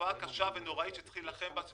תופעה קשה ונוראית שצריך להילחם בה,